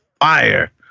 fire